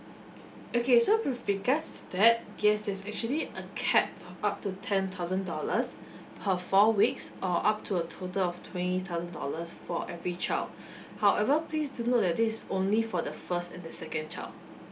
okay so with regards to that yes there's actually a cap of up to ten thousand dollars per four weeks or up to a total of twenty thousand dollars for every child however please do note that this is only for the first and the second child